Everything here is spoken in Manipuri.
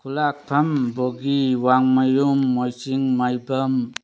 ꯈꯨꯜꯂꯥꯛꯐꯝ ꯕꯣꯒꯤ ꯋꯥꯡꯃꯌꯨꯝ ꯃꯣꯏꯆꯤꯡ ꯃꯥꯏꯕꯝ